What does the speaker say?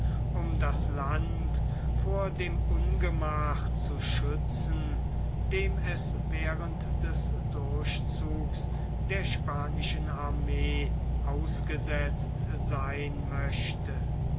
um das land vor dem ungemach zu schützen dem es während des durchzugs der spanischen armee ausgesetzt sein möchte